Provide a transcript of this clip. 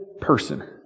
person